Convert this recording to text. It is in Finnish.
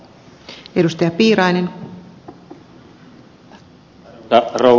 arvoisa rouva puhemies